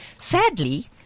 sadly